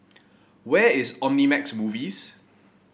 where is Omnimax Movies